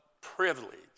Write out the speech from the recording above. privilege